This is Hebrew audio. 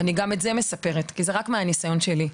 אני מספרת את זה מהניסיון שלי.